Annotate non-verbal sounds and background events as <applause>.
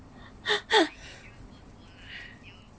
<laughs>